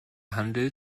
handel